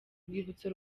urwibutso